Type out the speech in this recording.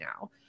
now